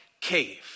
cave